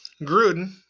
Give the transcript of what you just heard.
Gruden